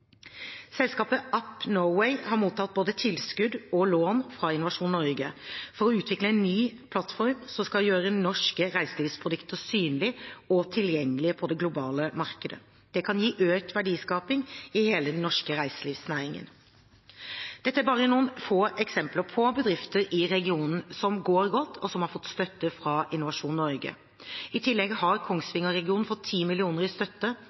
Selskapet Up Norway har mottatt både tilskudd og lån fra Innovasjon Norge for å utvikle en ny plattform som skal gjøre norske reiselivsprodukter synlige og tilgjengelige på det globale markedet. Det kan gi økt verdiskaping i hele den norske reiselivsnæringen. Dette er bare noen få eksempler på bedrifter i regionen som går godt, og som har fått støtte fra Innovasjon Norge. I tillegg har Kongsvinger-regionen fått 10 mill. kr i støtte